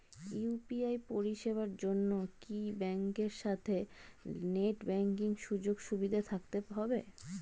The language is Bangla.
ইউ.পি.আই পরিষেবার জন্য কি ব্যাংকের সাথে নেট ব্যাঙ্কিং সুযোগ সুবিধা থাকতে হবে?